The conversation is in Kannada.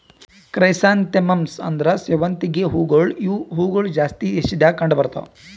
ಕ್ರೈಸಾಂಥೆಮಮ್ಸ್ ಅಂದುರ್ ಸೇವಂತಿಗೆ ಹೂವುಗೊಳ್ ಇವು ಹೂಗೊಳ್ ಜಾಸ್ತಿ ಏಷ್ಯಾದಾಗ್ ಕಂಡ್ ಬರ್ತಾವ್